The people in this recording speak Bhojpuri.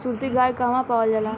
सुरती गाय कहवा पावल जाला?